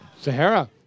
Sahara